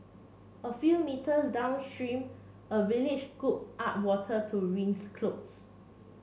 a few metres downstream a villager scooped up water to rinse clothes